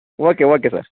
okay okay sir